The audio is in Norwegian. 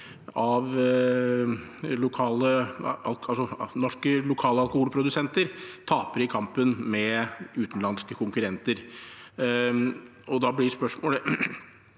lokale alkoholprodusenter taper i kampen mot utenlandske konkurrenter. Er ikke statsråden